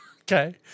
Okay